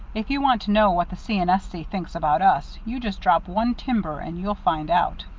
if you want to know what the c. and s. c. think about us, you just drop one timber and you'll find out.